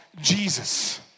Jesus